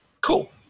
Cool